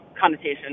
connotation